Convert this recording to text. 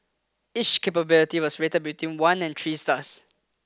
each capability was rated between one and three stars